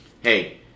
hey